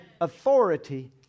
authority